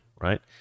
right